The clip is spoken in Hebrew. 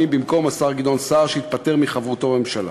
במקום השר גדעון סער שהתפטר מחברותו בממשלה,